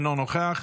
אינו נוכח,